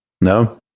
No